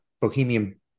Bohemian